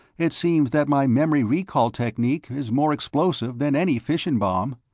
it seems that my memory-recall technique is more explosive than any fission bomb.